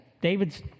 David's